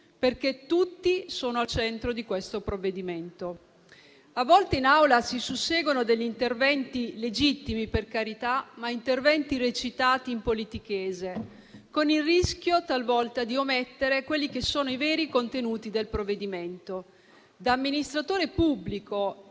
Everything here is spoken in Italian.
perché tutti sono al centro di questo provvedimento. A volte in Aula si susseguono degli interventi - legittimi, per carità - recitati in politichese, con il rischio talvolta di omettere i veri contenuti del provvedimento. Da amministratore pubblico